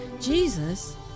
Jesus